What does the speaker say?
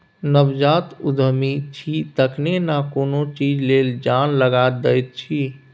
नवजात उद्यमी छी तखने न कोनो चीज लेल जान लगा दैत छी